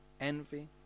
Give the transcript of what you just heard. envy